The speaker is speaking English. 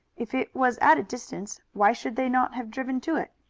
if it was at a distance, why should they not have driven to it?